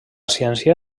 ciència